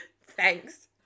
thanks